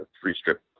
three-strip